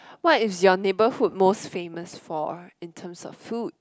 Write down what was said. what is your neighborhood most famous for in terms of food